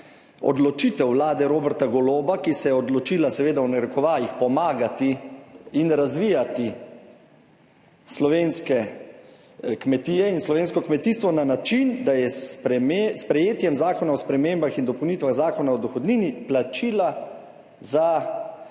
odločitev Vlade Roberta Goloba, ki se je odločila, seveda v narekovajih, pomagati in razvijati slovenske kmetije in slovensko kmetijstvo na način, da je s sprejetjem Zakona o spremembah in dopolnitvah Zakona o dohodnini plačila za